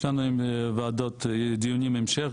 יש לנו דיוני המשך,